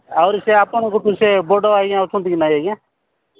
ଆହୁରି ସେ ଆପଣଙ୍କଠୁ ସେ ବଡ଼ ଆଜ୍ଞା ଅଛନ୍ତି କି ନାଇ ଆଜ୍ଞା